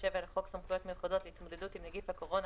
סמכויות מיוחדות להתמודדות עם נגיף הקורונה